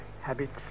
habits